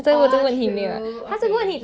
orh true okay